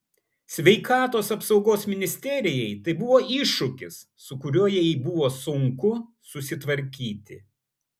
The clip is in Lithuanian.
sveikatos apsaugos ministerijai tai buvo iššūkis su kuriuo jai buvo sunku susitvarkyti